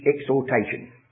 exhortation